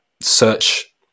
search